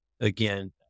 again